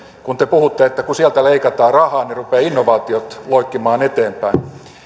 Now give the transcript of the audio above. kun te puhuitte että kun sieltä leikataan rahaa niin rupeavat innovaatiot loikkimaan eteenpäin